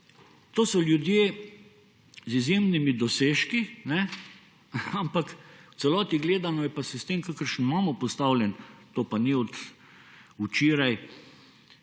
To so ljudje z izjemnimi dosežki, ampak v celoti gledano so pa zaradi sistema, kakršnega imamo postavljenega, to pa ni od včeraj,